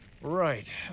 Right